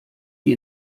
wie